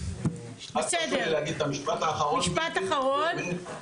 רק חשוב לי להגיד את המשפט האחרון, גבירתי.